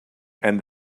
and